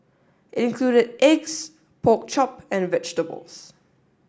included eggs pork chop and vegetables